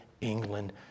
England